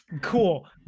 Cool